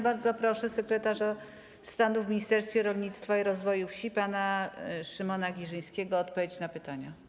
Bardzo proszę sekretarza stanu w Ministerstwie Rolnictwa i Rozwoju Wsi pana Szymona Giżyńskiego o odpowiedź na pytania.